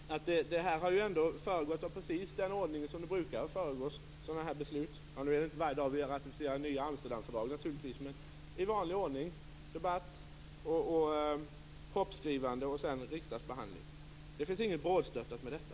Det här har föregåtts av precis den ordning som brukar föregå sådana här beslut. Nu är det naturligtvis inte varje dag vi ratificerar nya Amsterdamfördrag, men ordningen är den vanliga: debatt, propositionsskrivande och sedan riksdagsbehandling. Det finns inget brådstörtat i detta.